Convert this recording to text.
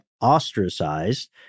ostracized